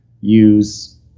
use